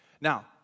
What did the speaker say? Now